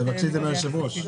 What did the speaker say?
תבקשי את זה מהיושב-ראש.